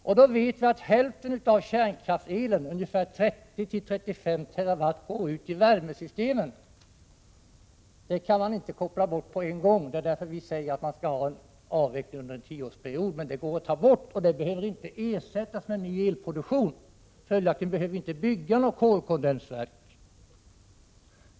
Vi är medvetna om att hälften av kärnkraftselen, ungefär 30—35 TWh, går ut i värmesystemet och inte kan kopplas bort på en gång. Det är därför vi säger att man skall ha en avvecklingsperiod på tio år. Men den går att ta bort, och den behöver inte ersättas med ny elproduktion. Följaktligen behöver vi inte bygga några kolkondensverk.